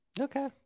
Okay